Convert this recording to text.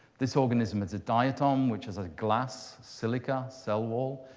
this organism is a diatom, which is a glass silica cell wall.